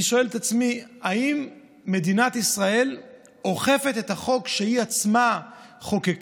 אני שואל את עצמי: האם מדינת ישראל אוכפת את החוק שהיא עצמה חוקקה,